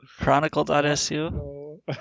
Chronicle.su